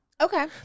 Okay